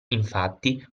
infatti